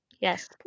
Yes